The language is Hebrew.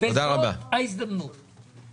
אני רוצה לראות האם האמירות האלה,